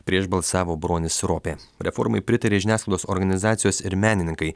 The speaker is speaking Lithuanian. prieš balsavo bronis ropė reformai pritarė žiniasklaidos organizacijos ir menininkai